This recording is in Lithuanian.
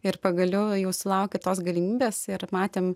ir pagaliau jau sulaukė tos galimybės ir matėm